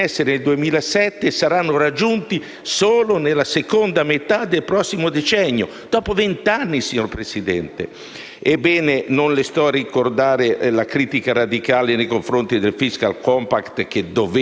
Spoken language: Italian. Presidente, non le sto a ricordare la critica radicale nei confronti del *fiscal compact*, che dovete rinegoziare. Un Paese come il nostro, che presenta un tasso di disoccupazione superiore all'11